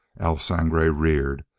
el sangre reared,